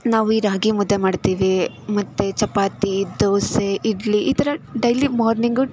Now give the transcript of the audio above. ನಾವು ಈ ರಾಗಿ ಮುದ್ದೆ ಮಾಡ್ತೀವಿ ಮತ್ತು ಚಪಾತಿ ದೋಸೆ ಇಡ್ಲಿ ಈ ಥರ ಡೈಲಿ ಮಾರ್ನಿಂಗು